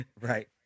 right